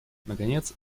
наконец